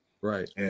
Right